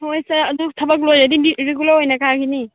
ꯍꯣꯏ ꯁꯥꯔ ꯑꯗꯨ ꯊꯕꯛ ꯂꯣꯏꯔꯗꯤ ꯔꯤꯒꯨꯂꯔ ꯑꯣꯏꯅ ꯀꯥꯒꯅꯤ